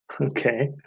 okay